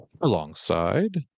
alongside